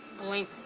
blink